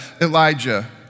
Elijah